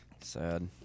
Sad